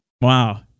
Wow